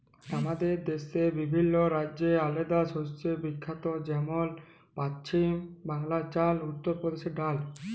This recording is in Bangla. আমাদের দ্যাশে বিভিল্ল্য রাজ্য আলেদা শস্যে বিখ্যাত যেমল পছিম বাংলায় চাল, উত্তর পরদেশে ডাল